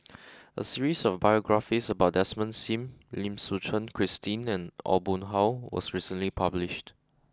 a series of biographies about Desmond Sim Lim Suchen Christine and Aw Boon Haw was recently published